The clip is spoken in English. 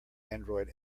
android